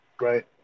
right